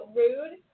rude